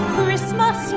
Christmas